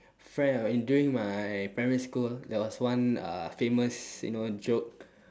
friend ah in during my primary school there was one uh famous you know joke